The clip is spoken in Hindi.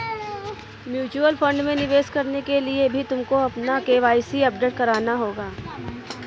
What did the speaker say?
म्यूचुअल फंड में निवेश करने के लिए भी तुमको अपना के.वाई.सी अपडेट कराना होगा